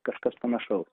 kažkas panašaus